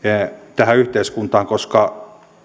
tähän yhteiskuntaan koska